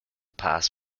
pass